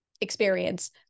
experience